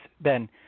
Ben